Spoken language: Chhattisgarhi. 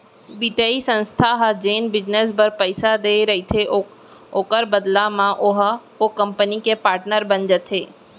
बित्तीय संस्था ह जेन बिजनेस बर पइसा देय रहिथे ओखर बदला म ओहा ओ कंपनी के पाटनर बन जाथे